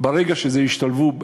ברגע שהם ישתלבו,